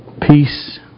peace